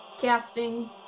Casting